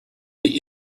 the